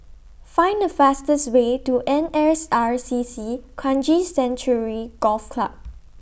Find The fastest Way to N S R C C Kranji Sanctuary Golf Club